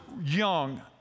young